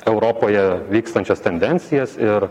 europoje vykstančias tendencijas ir